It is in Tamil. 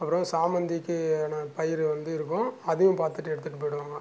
அப்புறம் சாமந்திக்கியான பயிறு வந்து இருக்கும் அதையும் பார்த்துட்டு எடுத்துகிட்டு போயிடுவாங்க